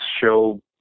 show